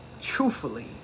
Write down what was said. truthfully